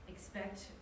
Expect